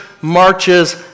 marches